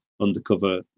undercover